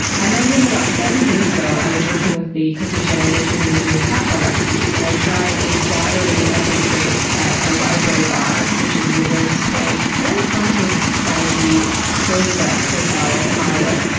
i met him about seven years ago. i was working with the cooking channel making and reviewing cocktail recipes and i tried a battery of his drinks at the library bar, which is in the very swank, very haunted vibe-y roosevelt hotel in hollywood.